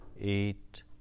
eight